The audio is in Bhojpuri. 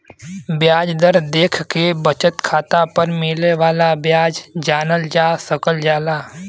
ब्याज दर देखके बचत खाता पर मिले वाला ब्याज जानल जा सकल जाला